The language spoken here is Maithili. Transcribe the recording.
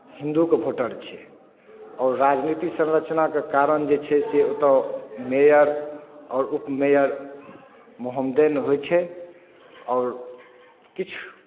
हिन्दूके भोटर छै आओर राजनीति संरचनाके कारण जे छै से ओतय मेयर आओर उप मेयर मोहेमदेन होइ छै आओर किछु